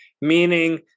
meaning